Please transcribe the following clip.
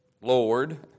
Lord